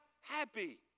happy